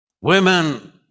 Women